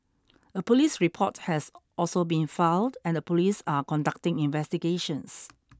a police report has also been filed and the police are conducting investigations